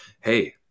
hey